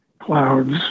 clouds